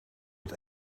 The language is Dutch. het